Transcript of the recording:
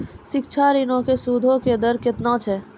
शिक्षा ऋणो के सूदो के दर केतना छै?